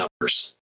numbers